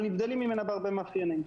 אבל נבדלים ממנה בהרבה מאפיינים.